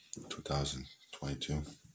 2022